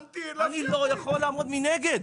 אני לא יכול לעמוד מנגד.